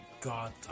god